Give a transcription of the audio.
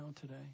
today